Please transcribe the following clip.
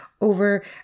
over